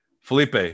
Felipe